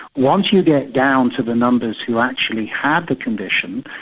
once you get down to the numbers who actually had the condition,